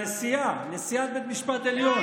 של הנשיאה, נשיאת בית משפט עליון.